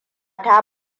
ta